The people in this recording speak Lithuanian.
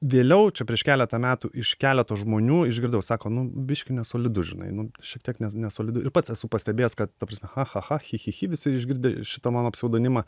vėliau čia prieš keletą metų iš keleto žmonių išgirdau sako nu biški nesolidu žinai nu šiek tiek ne nesolidu ir pats esu pastebėjęs kad ta prasme cha cha cha chi chi chi visi išgirdę šitą mano pseudonimą